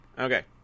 Okay